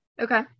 Okay